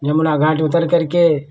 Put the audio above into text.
यमुना घाट उतरकर के